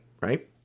right